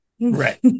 right